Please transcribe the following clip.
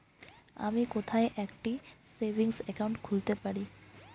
আমি কোথায় একটি সেভিংস অ্যাকাউন্ট খুলতে পারি?